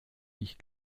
ich